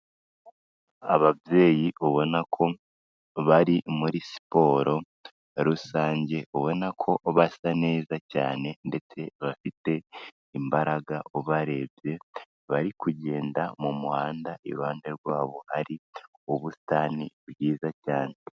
Ababyeyi ubona ko bari muri siporo rusange, ubona ko basa neza cyane ndetse bafite imbaraga ubarebye, bari kugenda mu muhanda iruhande rwabo hari ubusitani bwiza cyane.